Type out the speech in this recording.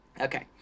Okay